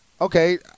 okay